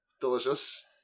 Delicious